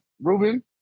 Ruben